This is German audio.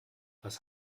was